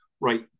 right